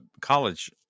college